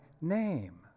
name